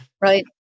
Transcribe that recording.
Right